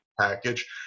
package